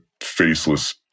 faceless